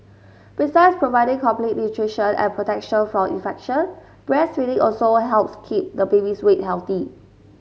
besides providing complete nutrition and protection from infection breastfeeding also helps keep the baby's weight healthy